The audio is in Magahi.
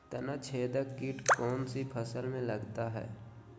तनाछेदक किट कौन सी फसल में लगता है?